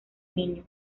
niño